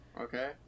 okay